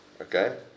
Okay